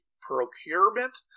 procurement